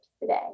today